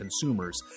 consumers